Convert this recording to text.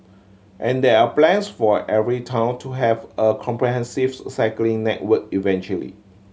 and there are plans for every town to have a comprehensives cycling network eventually